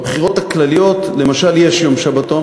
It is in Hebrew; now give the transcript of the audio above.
בבחירות הכלליות למשל יש יום שבתון.